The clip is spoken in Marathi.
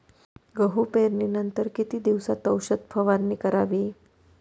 गहू पेरणीनंतर किती दिवसात औषध फवारणी करावी?